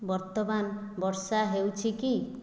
ବର୍ତ୍ତମାନ ବର୍ଷା ହେଉଛି କି